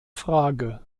frage